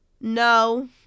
No